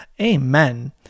Amen